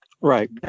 Right